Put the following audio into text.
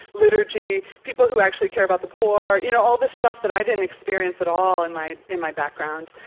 liturgy, people who actually care about the poor, you know, all this stuff that i didn't experience at all in my in my background.